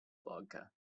vodka